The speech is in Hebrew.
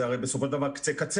זה הרי בסופו של דבר קצה קצהו.